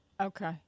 Okay